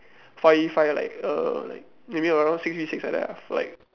five five like uh like maybe around six V six like that ah like